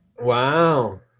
wow